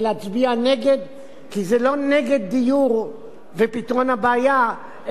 להצביע נגד כי זה לא נגד דיור ופתרון הבעיה,